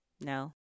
no